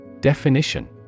Definition